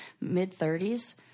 mid-30s